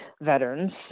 veterans